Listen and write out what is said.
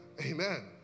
Amen